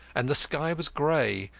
and the sky was grey,